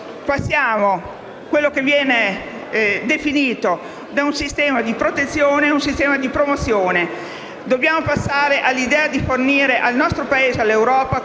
Passiamo dunque da quello che viene definito un sistema di protezione ad un sistema di promozione. Dobbiamo passare all'idea di fornire al nostro Paese e all'Europa